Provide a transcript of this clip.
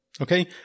okay